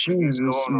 Jesus